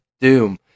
doom